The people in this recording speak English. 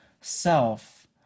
self